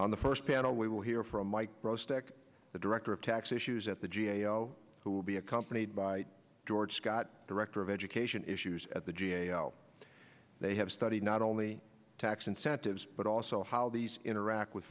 on the first panel we will hear from mike rowe stick the director of tax issues at the g a o who will be accompanied by george scott director of education issues at the g a o they have studied not only tax incentives but also how these interact with